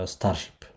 Starship